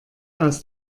aus